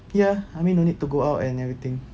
ya I mean no need to go out and everything